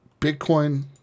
Bitcoin